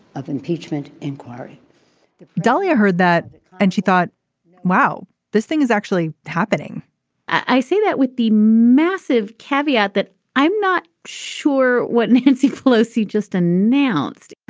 of impeachment inquiry dalia heard that and she thought wow this thing is actually happening i say that with the massive caveat that i'm not sure what nancy pelosi just announced.